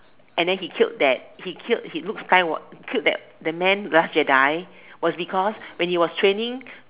and then he killed that he killed he Luke-Skywalk killed that man last Jedi because when he was training